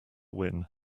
win